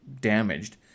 damaged